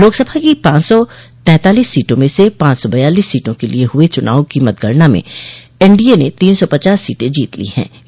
लोकसभा की पांच सौ तैंतालीस सीटों में से पांच सौ बयालीस सीटों के लिये हुए चुनाव की मतगणना में एनडीए ने तीन सौ पचास सीटें जीत ली है और एक पर आगे है